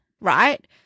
Right